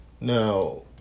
Now